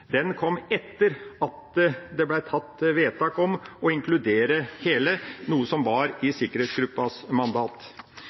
kom etter at det ble gjort vedtak om å inkludere hele, noe som var i